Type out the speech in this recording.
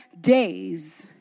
days